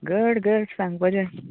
घट घट सांगपाचे